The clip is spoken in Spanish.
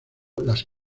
las